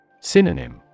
Synonym